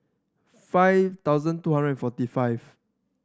five thousand two hundred forty five